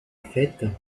faites